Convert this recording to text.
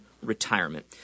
retirement